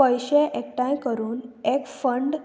पयशे एकठांय करून एक फंड